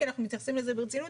כי אנחנו מתייחסים לזה ברצינות,